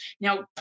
Now